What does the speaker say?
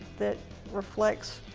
that reflects